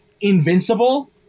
invincible